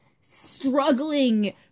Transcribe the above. struggling